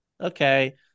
Okay